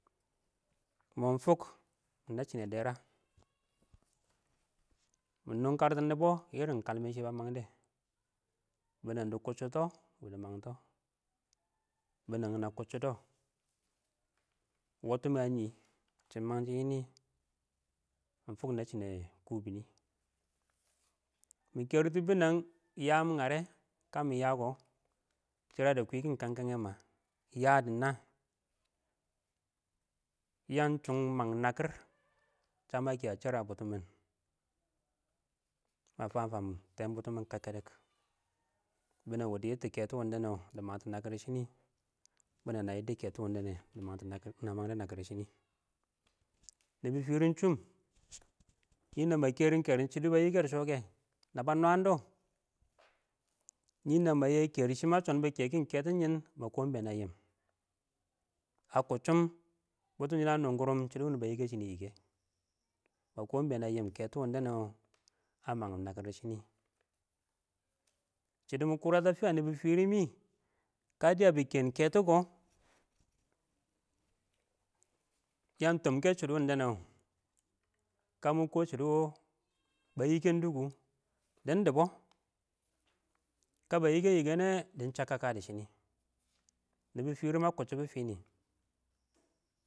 Mɪ fuk ɪng nebshine derra mɪ nungkantɔ nɪbɔ irin kalmɛ shɪ ba mangde, binəng dɪ kotchitɔ wɪ dɪ məngtɔ a bɪnɛng nə kʊchʊdɔ wɔtʊ mə nɪ, shɪ məngshɪ yɛ nɪ ɪng fʊk neɛshshɪnɛ kʊbɪnɪ mɪ kɛrɪtɪ bɪnɛng yəəm nyərɛ kə mɪyə kɔ sɪrədɛ kwɪkɪn kənkəyɛn yəyə diꞋ nəə ya'am ngare kamɪ yokɔ, shirade kwikin kang-kenghe ma ya dɪz naa yan shung mang nakɪr shabəi kɛ a sher a butɔ mɪn mə fəng fəng tɛn bʊtʊmɪn kəkkədɛk bɪ nɛn wɪ dɪ kɛtʊ wɪndɛnɛ dɪ mangtɔ nakɪr shɪnɪ binɛng na yib dɪ keto windɛnɛ dɪ mangdo nakir nə məngdʊ nəkɪr shɪnɪ. Nɪbɔ firim shom ninong ma kɛ rɪm kerim shɪdo ba yika shoke naba nwandɔ nɪnəng ma yɛ kershi ma chombɔ kɛ kɪn kɛ tɪn mɪn mə kɔɔm ɪn bɛn ə yɪm ə kʊccʊm bʊtʊnsɪn ə nʊnkʊrʊm shɪ dɪ wʊnʊ bə yɪkɛ shɪnɛ yɪkɛ mə kom ɪn bɛn ə yɪm kɛtʊ wɪdɛnɛ ə məng nəkɪr dɪ sɦonɪ nɛ sɪdɪ mʊ kɔrətʊ ə fɪyə nɪ bɪ shɪrɪ nɪ kə dɪyə bɪ ke̱n kɛtɔ kɔ yən tɔm kɛ sɪrɪ wɪndɛnɛ kə mʊ kɔ bə yɪnkɛndɪkʊ dɛn dɪbɔ kə bə yɪkɛn yɪkɛ dɪn chən kəkə nɪbɪ fɪrən ə kʊccɪbʊ fɪnɪ.